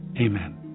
Amen